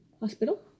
hospital